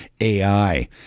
AI